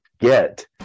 get